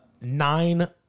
nine